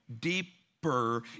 deeper